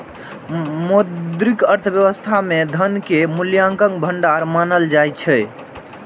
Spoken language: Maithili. मौद्रिक अर्थव्यवस्था मे धन कें मूल्यक भंडार मानल जाइ छै